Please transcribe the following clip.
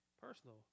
personal